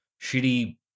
shitty